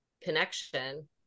connection